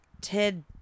Ted